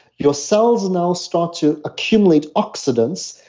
your cells now start to accumulate oxidants.